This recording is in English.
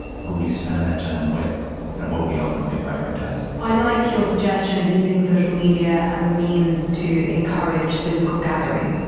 who we spend that time with and what we ultimately prioritize i like your suggestion of using social media as a means to encourage physical gathering.